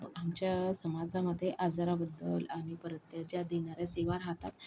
आमच्या समाजामध्ये आजाराबद्दल आणि परत त्याच्यात देणाऱ्या सेवा राहतात